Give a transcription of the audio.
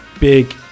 Big